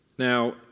Now